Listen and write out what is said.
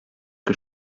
que